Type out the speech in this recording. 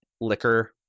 liquor